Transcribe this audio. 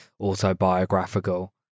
autobiographical